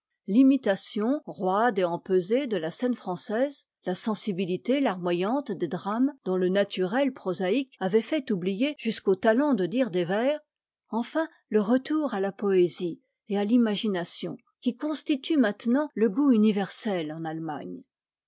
l'imitation roide et empesée de la scène française la sensibilité larmoyante des drames dont le naturel prosaïque avait fait oublier jusqu'au talent de dire des vers enfin le retour à la poésie et à l'imagination qui constitue maintenant le goût universel en a lemagne